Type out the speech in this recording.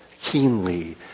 keenly